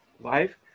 life